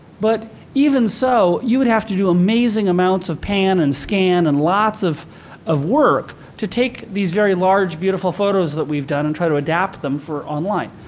but even so, you would have to do amazing amounts amounts of pan and scan and lots of of work to take these very large beautiful photos that we've done and try to adapt them for online.